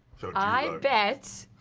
i bet